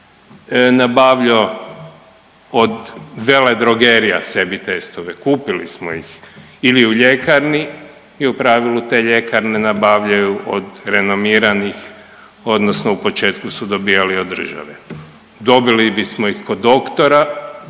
nabavljao od veledrogerija sebi testove, kupili smo ih ili u ljekarni i u pravilu te ljekarne nabavljaju od renomiranih odnosno u početku su dobijali od države. Dobili bismo ih kod doktora